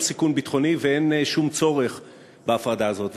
סיכון ביטחוני ואין שום צורך בהפרדה הזאת.